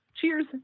Cheers